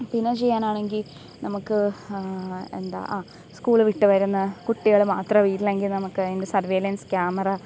പിന്നെ ചെയ്യാനാണെങ്കിൽ നമുക്ക് എന്താ ആ സ്കൂള് വിട്ട് വരുന്ന കുട്ടികൾ മാത്രമാണ് വീട്ടിലെങ്കിൽ നമുക്ക് അതിൻ്റെ സർവൈലൻസ് ക്യാമറ